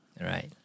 Right